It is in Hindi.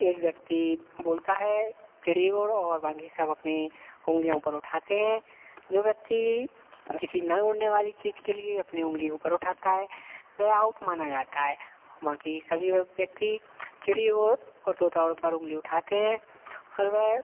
एक व्यक्ति बोलता है चिड़ी उड़ और बाकी सब अपने उँगलियाँ ऊपर उठाते हैं जो व्यक्ति किसी ना उड़ने वाली चीज़ के लिए अपनी उँगली ऊपर उठाता है वह आउट माना जाता है बाकी सभी व्यक्ति चिड़ी उड़ और तोता उड़ पर उँगली उठाते हैं और वह